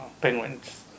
penguins